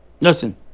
Listen